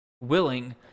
willing